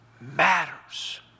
matters